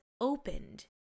opened